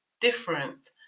different